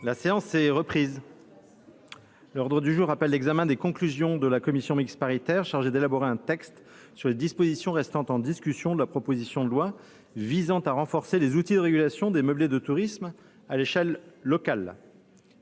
La séance est reprise. L’ordre du jour appelle l’examen des conclusions de la commission mixte paritaire chargée d’élaborer un texte sur les dispositions restant en discussion de la proposition de loi visant à renforcer les outils de régulation des meublés de tourisme à l’échelle locale